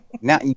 Now